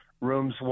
rooms